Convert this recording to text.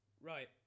right